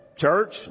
church